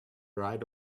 right